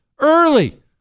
early